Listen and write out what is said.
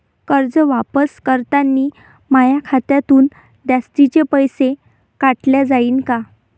कर्ज वापस करतांनी माया खात्यातून जास्तीचे पैसे काटल्या जाईन का?